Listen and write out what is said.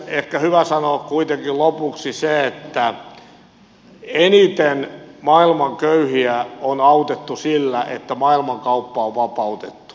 on ehkä hyvä sanoa kuitenkin lopuksi se että eniten maailman köyhiä on autettu sillä että maailmankauppa on vapautettu